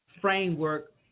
framework